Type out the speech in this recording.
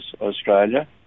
Australia